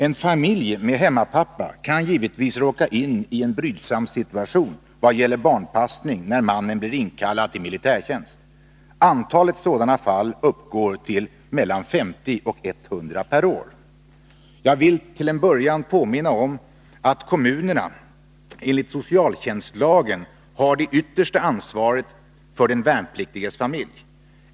En familj med ”hemmapappa” kan givetvis råka in i en brydsam situation i vad gäller barnpassning när mannen blir inkallad till militärtjänst. Antalet sådana fall uppgår till 50-100 per år. Jag vill till en början påminna om att kommunerna enligt socialtjänstlagen har det yttersta ansvaret för den värnpliktiges familj.